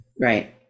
Right